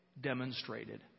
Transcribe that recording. demonstrated